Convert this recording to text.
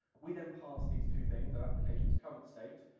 we then pass these two things, our application's current state,